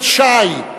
שי,